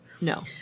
No